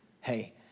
hey